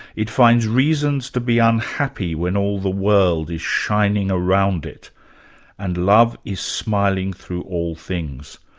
it finds reasons to be unhappy when all the world is shining around it and love is smiling through all things.